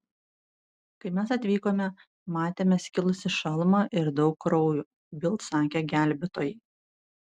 kai mes atvykome matėme skilusį šalmą ir daug kraujo bild sakė gelbėtojai